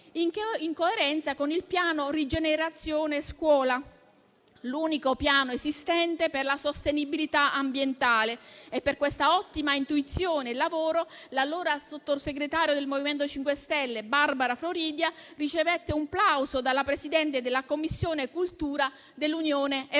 in coerenza con il piano RiGenerazione scuola, l'unico piano esistente per la sostenibilità ambientale. Per questa ottima intuizione e lavoro l'allora sottosegretaria del MoVimento 5 Stelle, Barbara Floridia, ricevette un plauso dalla Presidente della Commissione cultura dell'Unione europea.